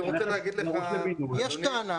יש טענה?